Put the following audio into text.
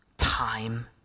Time